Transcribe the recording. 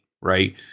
right